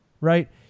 right